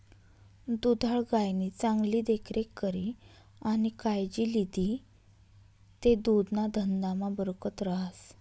दुधाळ गायनी चांगली देखरेख करी आणि कायजी लिदी ते दुधना धंदामा बरकत रहास